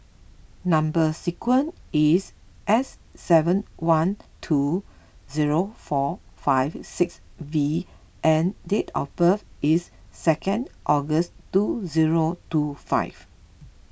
Number Sequence is S seven one two zero four five six V and date of birth is second August two zero two five